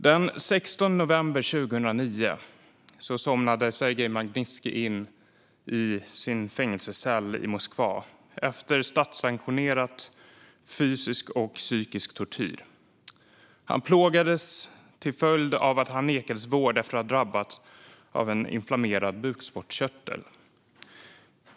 Den 16 november 2009 somnade Sergej Magnitskij in i sin fängelsecell i Moskva efter statssanktionerad fysisk och psykisk tortyr. Han plågades till följd av att han nekats vård efter att ha drabbats av en inflammerad bukspottkörtel.